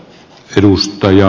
arvoisa puhemies